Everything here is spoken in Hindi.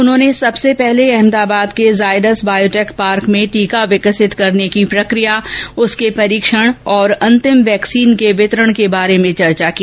उन्होंने सबसे पहले अहमदाबाद के जायडस बायोटेक पार्क में टीका विकसित करने की प्रक्रिया उसके परीक्षण और अंतिम वेक्सीन के वितरण के बारे में चर्चा की